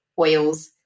oils